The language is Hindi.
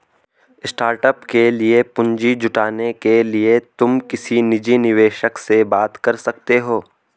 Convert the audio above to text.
स्टार्टअप के लिए पूंजी जुटाने के लिए तुम किसी निजी निवेशक से बात कर सकते हो